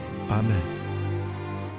amen